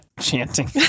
chanting